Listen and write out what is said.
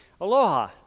Aloha